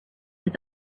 that